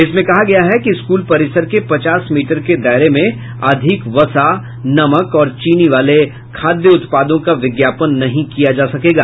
इसमें कहा गया है कि स्कूल परिसर के पचास मीटर के दायरे में अधिक वसा नमक और चीनी वाले खाद्य उत्पादों का विज्ञापन नहीं किया जा सकेगा